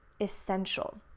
essential